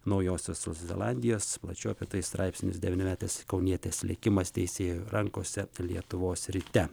naujosios zelandijos plačiau apie tai straipsnis devynmetės kaunietės likimas teisėjo rankose lietuvos ryte